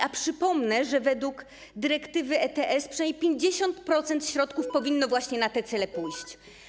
A przypomnę, że według dyrektywy ETS przynajmniej 50% środków powinno właśnie na te cele pójść.